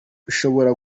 ushobora